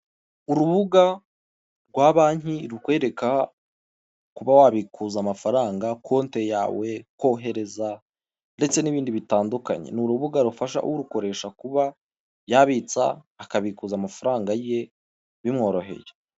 Urubuga rwa banki rukwereka kuba wabikuza amafaranga, konti yawe, kohereza ndetse n'ibindi bitandukanye ni urubuga rufasha urukoresha kuba yabitsa, akabikuza amafaranga ye bimworoheye.